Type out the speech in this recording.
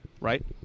right